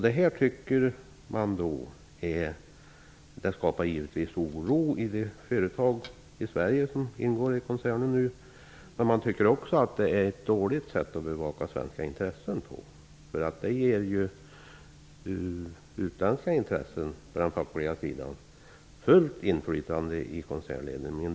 Detta skapar givetvis oro i de företag i Sverige som nu ingår i koncernen. Man tycker också att det är ett dåligt sätt att bevaka svenska intressen på. Det ger ju utländska intressen på den fackliga sidan fullt inflytande i koncernledningen.